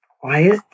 quiet